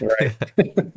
Right